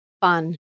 fun